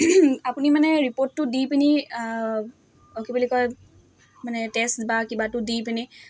আপুনি মানে ৰিপৰ্টটো দি পিনি কি বুলি কয় মানে টেষ্ট বা কিবাটো দি পিনি